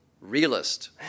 realist